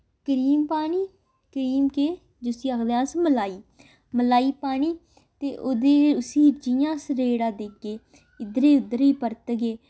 cream पानी cream केह् जिसी आखदे अस मलाई मलाई पानी ते ओह्दे उसी जियां अस रेड़ा देगे इद्धरै उद्धरै परतगे